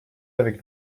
avec